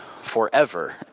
forever